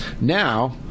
now